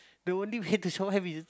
the only way to show them is